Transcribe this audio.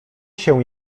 się